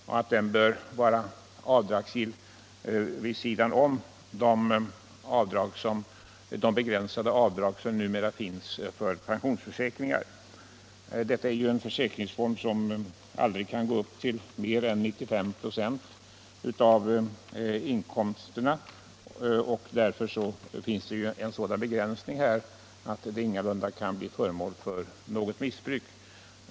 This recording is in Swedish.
Sådan avgift borde vara avdragsgill vid sidan om de begränsade avdrag som numera finns för pensionsförsäkringar. Detta är ju en försäkringsform som innebär att kompensationskraven efter skatt aldrig kan uppgå till mer än 95 96 av inkomsterna. Det finns alltså en sådan begränsning att det inte skall kunna bli något missbruk.